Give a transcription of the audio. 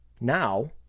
Now